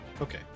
Okay